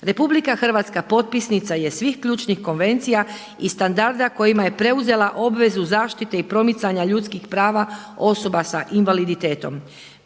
Republika Hrvatska potpisnica je svih ključnih konvencija i standarda kojima je preuzela obvezu zaštite i promicanja ljudskih prava osoba sa invaliditetom.